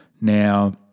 Now